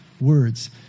words